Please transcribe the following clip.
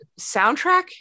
soundtrack